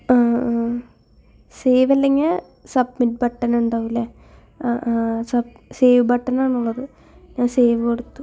ആഹ് ആഹ് സേവ് അല്ലെങ്കിൽ submit button ഉണ്ടാവുല്ലെ ആഹ് ആഹ് സേവ് ബട്ടൺ ആണുള്ളത് ഞാൻ സേവ് കൊടുത്തു